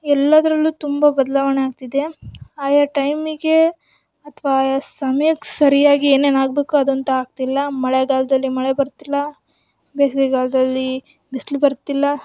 ಎಲ್ಲದರಲ್ಲೂ ತುಂಬ ಬದಲಾವಣೆ ಆಗ್ತಿದೆ ಹಾಗೆ ಟೈಮಿಗೆ ಅಥವಾ ಸಮ್ಯಕ್ಕೆ ಸರಿಯಾಗಿ ಏನೇನು ಆಗಬೇಕು ಅದಂತೂ ಆಗ್ತಿಲ್ಲ ಮಳೆಗಾಲದಲ್ಲಿ ಮಳೆ ಬರ್ತಿಲ್ಲ ಬೇಸಿಗೆಗಾಲದಲ್ಲಿ ಬಿಸಿಲು ಬರ್ತಿಲ್ಲ